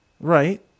Right